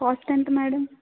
cost ఎంత madam